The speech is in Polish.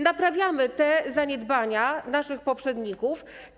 Naprawiamy te zaniedbania naszych poprzedników.